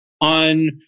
On